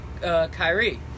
Kyrie